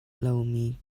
lomi